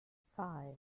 five